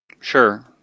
Sure